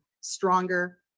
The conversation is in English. stronger